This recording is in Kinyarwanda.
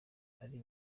ari